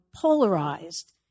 polarized